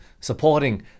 supporting